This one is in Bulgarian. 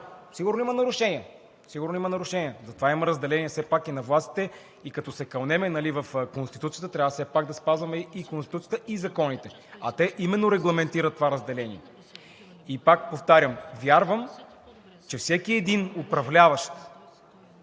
Сигурно има нарушения! Затова има все пак разделения и на властите, и като се кълнем в Конституцията трябва все пак да спазваме и Конституцията, и законите, а те именно регламентират това разделение. И пак повтарям, вярвам, че всеки един управляващ,